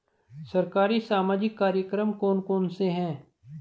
सरकारी सामाजिक कार्यक्रम कौन कौन से हैं?